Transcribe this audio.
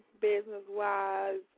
business-wise